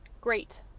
Great